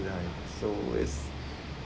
so is